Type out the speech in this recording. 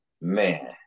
man